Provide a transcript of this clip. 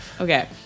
Okay